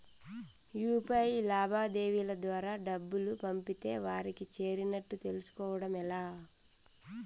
UPI లావాదేవీల ద్వారా డబ్బులు పంపితే వారికి చేరినట్టు తెలుస్కోవడం ఎలా?